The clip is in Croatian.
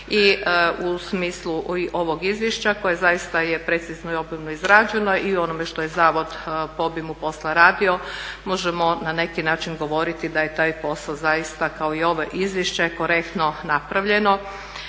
i u smislu ovog izvješća koje zaista je precizno i obimno izrađeno i u onome što je zavod po obimu posla radio možemo na neki način govoriti da je taj posao zaista kao i ovo izvješće korektno napravljeno.